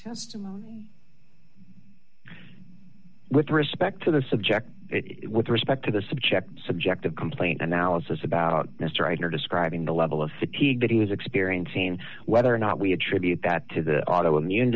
testimony with respect to the subject with respect to the subject subject of complaint analysis about mr eisner describing the level of fatigue that he was experiencing whether or not we attribute that to the auto immune